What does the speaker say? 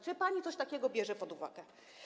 Czy pani coś takiego bierze pod uwagę?